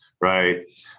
right